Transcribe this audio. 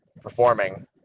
performing